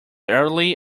elderly